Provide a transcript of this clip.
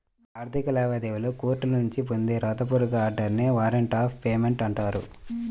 ఆర్థిక లావాదేవీలలో కోర్టుల నుంచి పొందే వ్రాత పూర్వక ఆర్డర్ నే వారెంట్ ఆఫ్ పేమెంట్ అంటారు